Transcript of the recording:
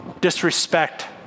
disrespect